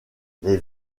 les